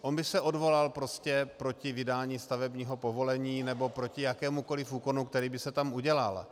On by se odvolal prostě proti vydání stavebního povolení nebo proti jakémukoliv úkonu, který by se tam udělal.